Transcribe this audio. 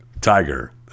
Tiger